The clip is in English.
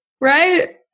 Right